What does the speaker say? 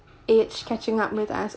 age catching up with us